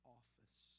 office